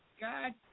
God